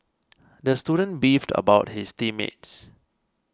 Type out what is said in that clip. the student beefed about his team mates